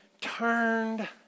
turned